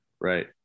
Right